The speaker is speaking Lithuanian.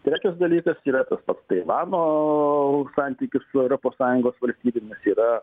trečias dalykas yra tas pats taivano santykis su europos sąjungos valstybėmis yra